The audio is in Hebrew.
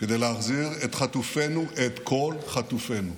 כדי להחזיר את חטופינו, את כל חטופינו.